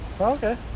okay